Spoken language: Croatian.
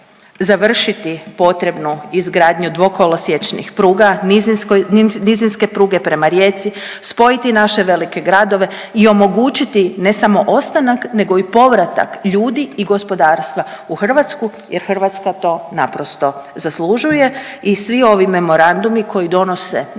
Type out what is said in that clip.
završiti potrebnu izgradnju dvokolosječnih pruga nizinske pruge prema Rijeci, spojiti naše velike gradove i omogućiti ne samo ostanak nego i povratak ljudi i gospodarstva u Hrvatsku jer Hrvatska to naprosto zaslužuje. I svi ovi memorandumi koji donose novac